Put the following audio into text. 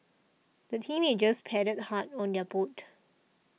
the teenagers paddled hard on their boat